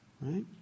right